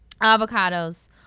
avocados